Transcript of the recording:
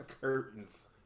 Curtains